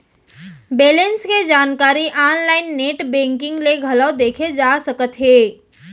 balance के जानकारी online net banking ले घलौ देखे जा सकत हे